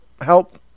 help